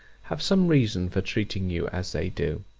have some reason for treating you as they do.